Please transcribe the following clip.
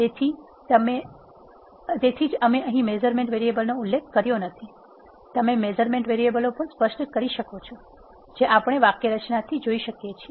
તેથી તેથી જ અમે અહીં મેઝરમેન્ટ વેરીએબલ નો ઉલ્લેખ કર્યો નથી તમે મેઝરમેન્ટ વેરીએબલો પણ સ્પષ્ટ કરી શકો છો જે આપણે વાક્યરચનાથી જોઈ શકીએ છીએ